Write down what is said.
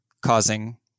causing